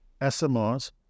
SMRs